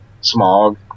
smog